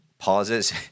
pauses